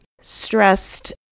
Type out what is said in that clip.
stressed